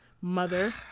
mother